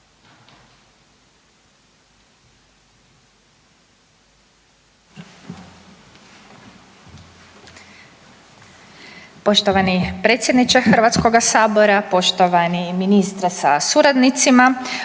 poštovani potpredsjedniče Hrvatskog sabora, poštovani državni tajniče,